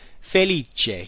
felice